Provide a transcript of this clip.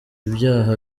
ibyaha